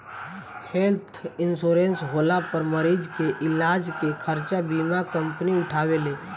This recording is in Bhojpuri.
हेल्थ इंश्योरेंस होला पर मरीज के इलाज के खर्चा बीमा कंपनी उठावेले